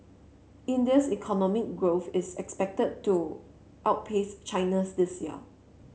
India's economic growth is expected to outpace China's this year